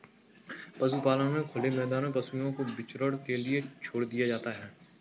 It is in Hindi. पशुपालन में खुले मैदान में पशुओं को विचरण के लिए छोड़ दिया जाता है